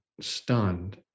stunned